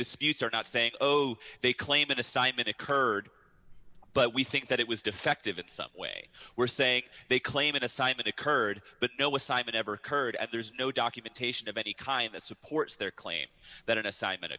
disputes are not saying they claim an assignment occurred but we think that it was defective at subway where sake they claim an assignment occurred but no was cited ever occurred at there's no documentation of any kind that supports their claim that an assignment